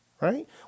Right